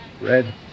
Red